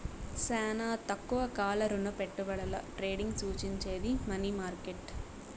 శానా తక్కువ కాల రుణపెట్టుబడుల ట్రేడింగ్ సూచించేది మనీ మార్కెట్